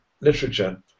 literature